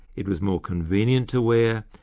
it was more convenient to wear,